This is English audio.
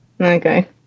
okay